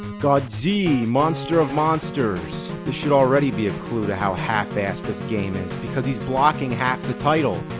godzi monster of monsters'! this should already be a clue to how half-assed this game is because he's blocking half the title!